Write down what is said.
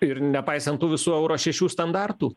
ir nepaisant tų visų euro šešių standartų